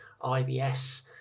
IBS